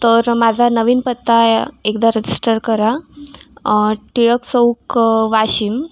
तर माझा नवीन पत्ता एकदा रजिस्टर करा टिळक चौक वाशिम